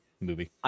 movie